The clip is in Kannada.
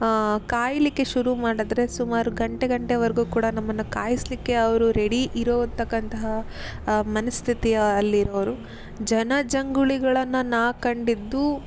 ಕಾಯಲಿಕ್ಕೆ ಶುರು ಮಾಡಿದ್ರೆ ಸುಮಾರು ಗಂಟೆ ಗಂಟೆವರೆಗು ಕೂಡ ನಮ್ಮನ್ನು ಕಾಯಿಸಲಿಕ್ಕೆ ಅವರು ರೆಡಿ ಇರತಕ್ಕಂತಹ ಮನಸ್ಥಿತಿಯ ಅಲ್ಲಿ ಇರೋವರು ಜನ ಜಂಗುಳಿಗಳನ್ನು ನಾ ಕಂಡಿದ್ದು